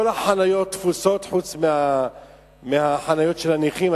כל החניות תפוסות חוץ מחניות הנכים.